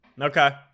Okay